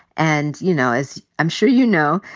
and, you know, as i'm sure you know,